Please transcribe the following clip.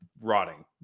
rotting